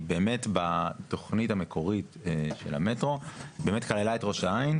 באמת בתכנית המקורית של המטרו היא כללה את ראש העין.